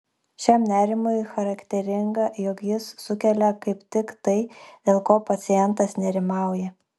šiam nerimui charakteringa jog jis sukelia kaip tik tai dėl ko pacientas nerimauja